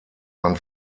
man